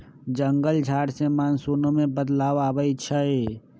जंगल झार से मानसूनो में बदलाव आबई छई